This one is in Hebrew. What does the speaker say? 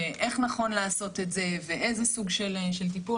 איך נכון לעשות את זה ואיזה סוג של טיפול,